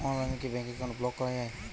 অনলাইনে কি bank account block করা য়ায়?